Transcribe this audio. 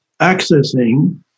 accessing